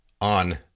on